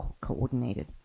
coordinated